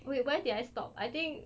wait where did I stop I think